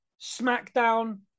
SmackDown